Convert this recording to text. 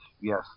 Yes